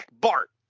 Bart